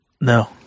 No